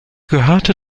gehörte